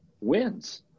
wins